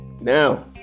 Now